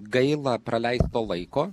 gaila praleisto laiko